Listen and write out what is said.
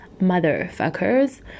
motherfuckers